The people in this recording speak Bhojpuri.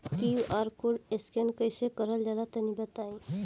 क्यू.आर कोड स्कैन कैसे क़रल जला तनि बताई?